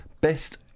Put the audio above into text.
best